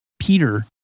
peter